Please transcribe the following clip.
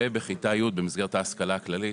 ובכיתה י' במסגרת ההשכלה הכללית,